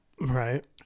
Right